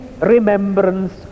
remembrance